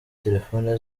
telefoni